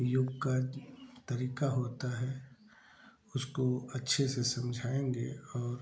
योग का तरीका होता है उसको वह अच्छे से समझाएँगे और